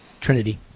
trinity